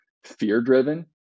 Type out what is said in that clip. Fear-driven